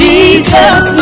Jesus